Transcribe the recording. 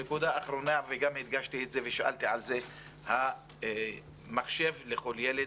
נקודה אחרונה שגם הדגשתי ושאלתי עליה היא לגבי מחשב לכל ילד.